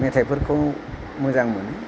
मेथाइफोरखौ मोजां मोनो